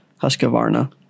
husqvarna